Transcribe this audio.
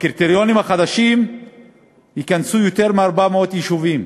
בקריטריונים החדשים ייכנסו יותר מ-400 יישובים.